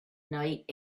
night